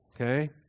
okay